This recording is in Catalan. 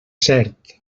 cert